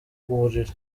uburiri